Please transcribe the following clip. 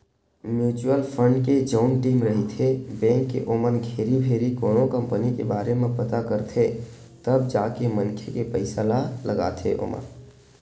mutual fund के जउन team रहिथे बेंक के ओमन घेरी भेरी कोनो कंपनी के बारे म पता करथे तब जाके मनखे के पइसा ल लगाथे ओमा